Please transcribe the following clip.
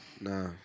nah